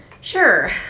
Sure